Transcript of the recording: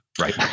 Right